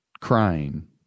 crying